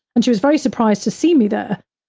and she was very surprised to see me there.